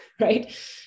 Right